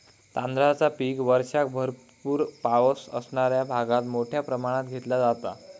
तांदळाचा पीक वर्षाक भरपूर पावस असणाऱ्या भागात मोठ्या प्रमाणात घेतला जाता